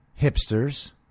hipsters